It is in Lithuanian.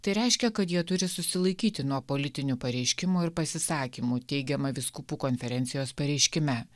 tai reiškia kad jie turi susilaikyti nuo politinių pareiškimų ir pasisakymų teigiamą vyskupų konferencijos pareiškime